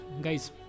guys